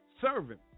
servant